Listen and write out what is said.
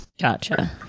Gotcha